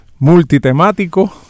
multitemático